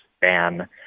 ban